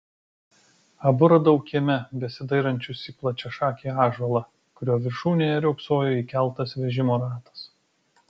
abu radau kieme besidairančius į plačiašakį ąžuolą kurio viršūnėje riogsojo įkeltas vežimo ratas